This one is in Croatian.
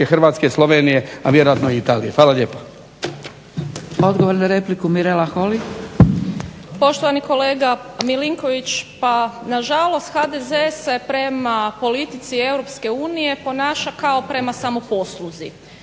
Hrvatske, Slovenije, a vjerojatno i Italije. Hvala lijepo. **Zgrebec, Dragica (SDP)** Odgovor na repliku, Mirela Holy. **Holy, Mirela (SDP)** Poštovani kolega Milinković, pa nažalost HDZ se prema politici Europske unije ponaša kao prema samoposluzi